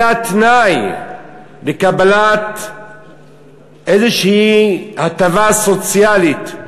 התנאי לקבלת איזושהי הטבה סוציאלית,